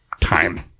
time